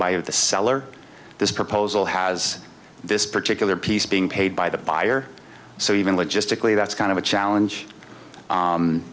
by the seller this proposal has this particular piece being paid by the buyer so even logistically that's kind of a challenge